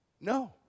No